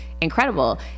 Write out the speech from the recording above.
incredible